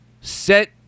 Set